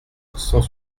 cent